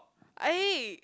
I